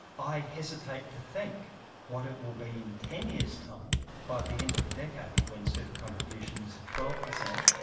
i hesitate to think what it will be in ten years time by the end of the decade when super contributions are twelve percent.